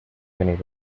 venir